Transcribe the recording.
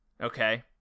Okay